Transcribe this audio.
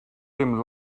them